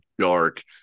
dark